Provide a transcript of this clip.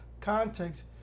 context